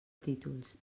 títols